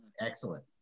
Excellent